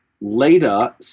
later